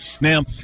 now